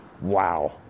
wow